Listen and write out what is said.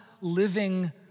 living